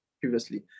previously